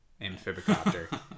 amphibicopter